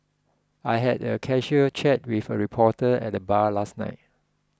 I had a casual chat with a reporter at the bar last night